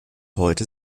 heute